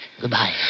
Goodbye